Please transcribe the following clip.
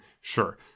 sure